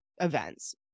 events